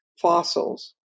fossils